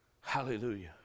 Hallelujah